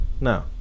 No